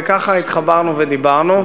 וככה התחברנו ודיברנו.